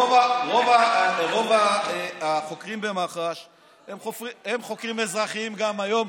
רוב החוקרים במח"ש הם חוקרים אזרחיים גם היום,